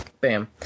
Bam